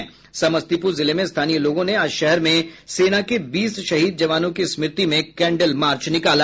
समस्तीपुर जिले में स्थानीय लोगों ने आज शहर में सेना के बीस शहीद जवानों की स्मृति में कैंडल मार्च निकाला